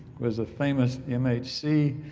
was a famous mhc